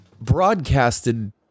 broadcasted